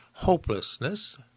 hopelessness